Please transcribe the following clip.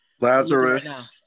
Lazarus